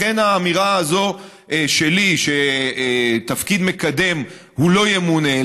לכן האמירה הזאת שלי שלתפקיד מקדם הוא לא ימונה,